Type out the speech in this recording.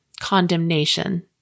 condemnation